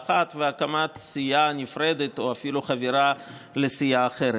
אחת והקמת סיעה נפרדת או אפילו חבירה לסיעה אחרת.